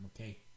okay